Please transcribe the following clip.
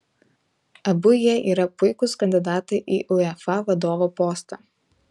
abu jie yra puikūs kandidatai į uefa vadovo postą